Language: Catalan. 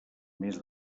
més